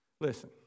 Listen